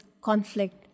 conflict